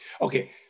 okay